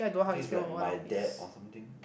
I think it's like my dad or something